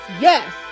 yes